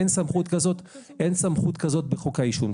אין סמכות כזאת בחוק העישון.